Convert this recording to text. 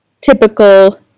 typical